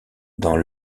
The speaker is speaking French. dans